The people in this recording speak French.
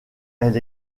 elle